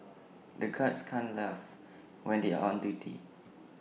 the guards can't laugh when they are on duty